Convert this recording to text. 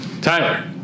Tyler